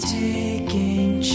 taking